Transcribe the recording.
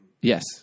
Yes